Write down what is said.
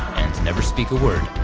and never speak a word.